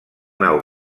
nau